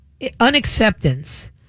unacceptance